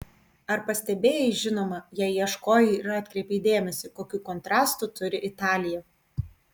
ar pastebėjai žinoma jei ieškojai ir atkreipei dėmesį kokių kontrastų turi italija